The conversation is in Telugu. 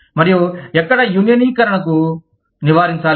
మరియు ఎక్కడ యూనియనీకరణను నివారించాలి